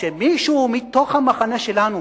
כשמישהו מתוך המחנה שלנו,